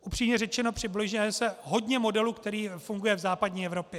Upřímně řečeno, přibližuje se hodně modelu, který funguje v západní Evropě.